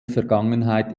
vergangenheit